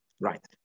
right